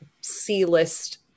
C-list